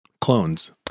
clones